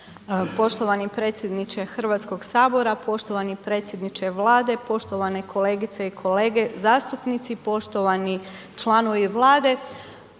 Poštovani predsjedniče Hrvatskog sabora, poštovani predsjedniče Vlade, poštovane kolegice i kolege zastupnici, poštovani članovi Vlade.